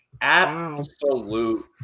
Absolute